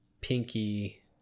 pinky